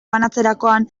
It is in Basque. banatzerakoan